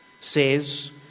says